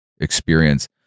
experience